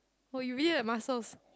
oh you really have muscles